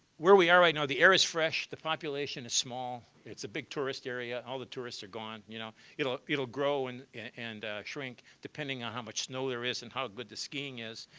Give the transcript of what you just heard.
where we are right now, the air is fresh. the population is small. it's a big tourist area. all the tourists are gone, you know. it'll it'll grow and and shrink depending on how much snow there is and how good the skiing is.